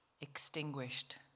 extinguished